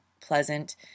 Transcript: pleasant